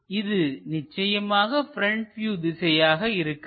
இது நிச்சயமாக front view திசையாக இருக்கலாம்